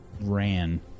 ran